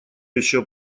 еще